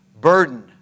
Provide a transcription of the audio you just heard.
burden